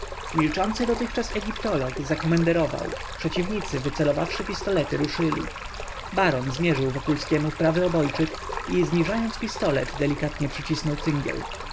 milczący dotychczas egiptolog zakomenderował przeciwnicy wycelowawszy pistolety ruszyli baron zmierzył wokulskiemu w prawy obojczyk i zniżając pistolet delikatnie przycisnął cyngiel